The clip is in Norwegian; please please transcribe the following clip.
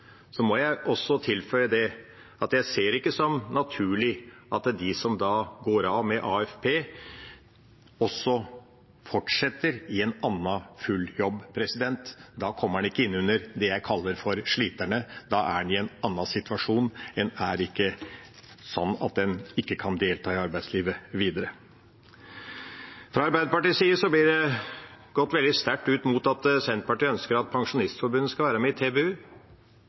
må jeg også tilføye at jeg ser det ikke som naturlig at de som går av med AFP, fortsetter i en annen, full jobb. Da kommer en ikke inn under det jeg vil kalle «sliterne». Da er en i en annen situasjon; da er en ikke slik at en ikke kan delta i arbeidslivet videre. Fra Arbeiderpartiets side går en veldig sterkt ut mot at Senterpartiet ønsker at Pensjonistforbundet skal være med i TBU.